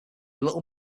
little